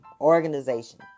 organization